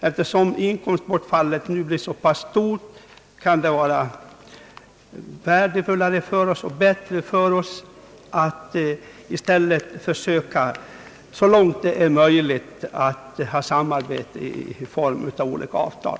Eftersom inkomstbortfallet nu blir så pass stort kan det vara värdefullare för oss att i stället — så långt det är möjligt — försöka ha samarbete i form av olika avtal.